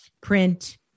print